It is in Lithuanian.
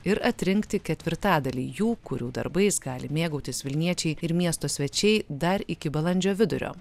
ir atrinkti ketvirtadalį jų kurių darbais gali mėgautis vilniečiai ir miesto svečiai dar iki balandžio vidurio